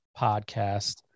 podcast